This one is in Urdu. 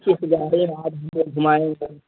جس گاڑی میں آپ ہم کو گھمائیں گے